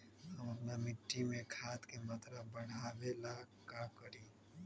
हम अपना मिट्टी में खाद के मात्रा बढ़ा वे ला का करी?